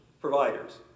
providers